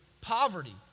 poverty